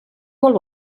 molt